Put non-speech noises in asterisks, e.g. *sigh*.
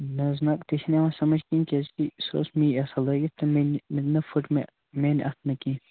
نہ حظ نہ تہِ چھِنہٕ یِوان سمجھ کیٚنہہ کیٛازِکہِ سُہ ٲس مے آسان لٲگِتھ تہٕ مےٚ نہِ *unintelligible* پھٕٹ مےٚ میٛانہِ اَتھٕ نہٕ کیٚنہہ